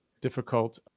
difficult